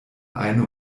eine